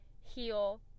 heal